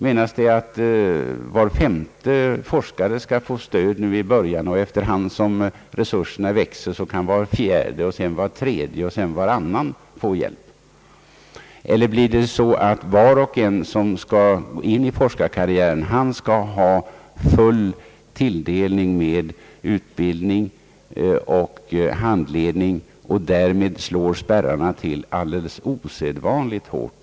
Menas därmed att i början var femte forskare skall få stöd och att efter hand som resurserna växer var fjärde, sedan var tredje och varannan kan få hjälp? Eller skall var och en som kommer in i forskarkarriären ha full tilldelning av utbildning och handledning, varigenom =<:spärrarna drabbar alldeles osedvanligt hårt?